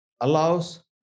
allows